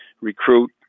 recruit